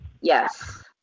yes